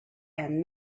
and